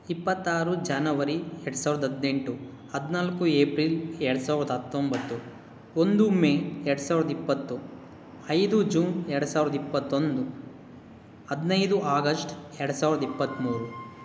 ಇಪ್ಪತ್ತಾರು ಜನವರಿ ಎರಡು ಸಾವಿರ್ದ ಹದಿನೆಂಟು ಹದಿನಾಲ್ಕು ಏಪ್ರಿಲ್ ಎರಡು ಸಾವ್ರ್ದ ಹತ್ತೊಂಬತ್ತು ಒಂದು ಮೇ ಎರಡು ಸಾವ್ರ್ದ ಇಪ್ಪತ್ತು ಐದು ಜೂನ್ ಎರಡು ಸಾವ್ರ್ದ ಇಪ್ಪತ್ತೊಂದು ಹದಿನೈದು ಆಗಸ್ಟ್ ಎರಡು ಸಾವ್ರ್ದ ಇಪ್ಪತ್ತ್ಮೂರು